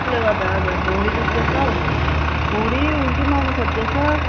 त्यसले गर्दा हजुर भुँडी दुख्दै छ हौ भुँडी उल्टी पनि आउनु खोज्दैछ